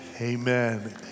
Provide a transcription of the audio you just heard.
Amen